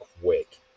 quick